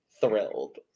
Thrilled